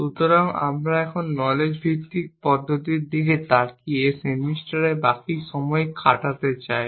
সুতরাং আমরা এখন নলেজ ভিত্তিক পদ্ধতির দিকে তাকিয়ে সেমিস্টারের বাকি সময় কাটাতে চাই